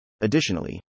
Additionally